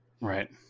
Right